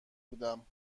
بودم